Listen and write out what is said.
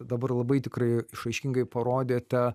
dabar labai tikrai išraiškingai parodėte